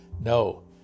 No